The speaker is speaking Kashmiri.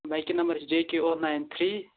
بایکہِ نمبَر چھِ J K O nine three